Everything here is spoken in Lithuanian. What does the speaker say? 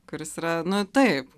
kuris yra nu taip